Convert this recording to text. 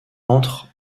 entre